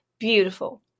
Beautiful